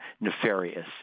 nefarious